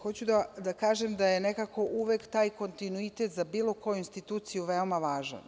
Hoću da kažem da je nekako uvek taj kontinuitet za bilo koju instituciju veoma važan.